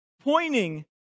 Pointing